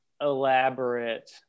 elaborate